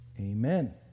Amen